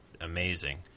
amazing